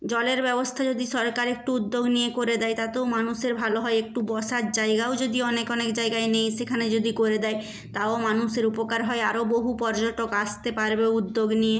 জলের ব্যবস্থা যদি সরকার একটু উদ্যোগ নিয়ে করে দেয় তাতেও মানুষের ভালো হয় একটু বসার জায়গাও যদি অনেক অনেক জায়গায় নেই সেখানে যদি করে দেয় তাও মানুষের উপকার হয় আরো বহু পর্যটক আসতে পারবে উদ্যোগ নিয়ে